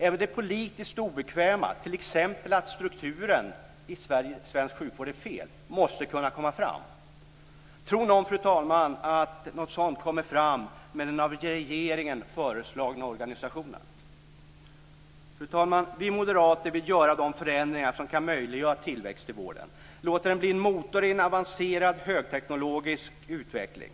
Även det politiskt obekväma, t.ex. att strukturen i svensk sjukvård är fel, måste kunna komma fram. Tror någon, fru talman, att något sådant kommer fram med den av regeringen föreslagna organisationen? Fru talman! Vi moderater vill göra de förändringar som kan möjliggöra en tillväxt i vården och låta den bli en motor i en avancerad högteknologisk utveckling.